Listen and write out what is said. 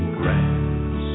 grass